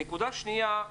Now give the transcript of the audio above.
נקודה שניה,